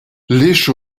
лишь